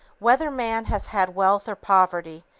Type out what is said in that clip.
whether man has had wealth or poverty,